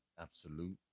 absolute